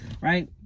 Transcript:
right